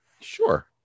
sure